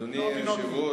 יש לנו הצעת אי-אמון נוספת,